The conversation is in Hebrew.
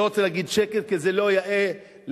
אני לא רוצה להגיד "שקר" כי זה לא יאה לבית-המחוקקים.